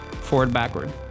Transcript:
forward-backward